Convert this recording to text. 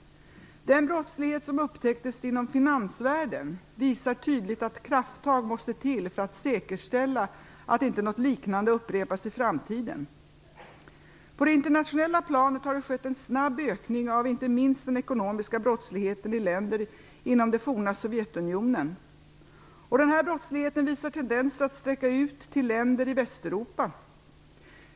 Den brottslighet som upptäckts inom finansvärlden visar tydligt att krafttag måste till för att säkerställa att något liknande inte upprepas i framtiden. På det internationella planet har det skett en snabb ökning av inte minst den ekonomiska brottsligheten i länder inom det forna Sovjetunionen, och denna brottslighet visar tendenser att sträckas ut till länder i Västeuropa.